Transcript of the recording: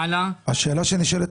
השאלה שנשאלת,